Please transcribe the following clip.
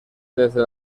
desde